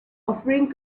offering